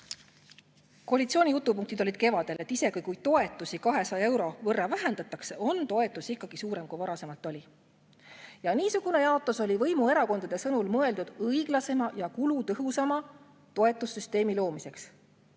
koalitsiooni jutupunktid, et isegi kui toetusi 200 euro võrra vähendatakse, on toetus ikkagi suurem, kui varasemalt oli. Niisugune jaotus oli võimuerakondade sõnul mõeldud õiglasema ja kulutõhusama toetussüsteemi loomiseks.